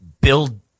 build